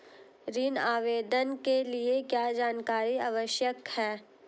ऋण आवेदन के लिए क्या जानकारी आवश्यक है?